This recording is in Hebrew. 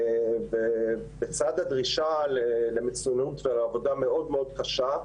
ובצד הדרישה למצוינות ולעבודה מאוד-מאוד קשה,